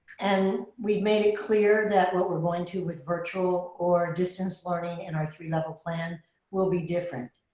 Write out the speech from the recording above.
and we've made it clear that what we're going to with virtual or distance learning and our three-level plan will be different.